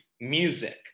music